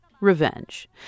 revenge